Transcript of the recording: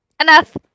Enough